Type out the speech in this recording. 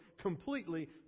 completely